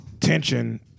tension